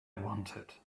wanted